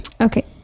Okay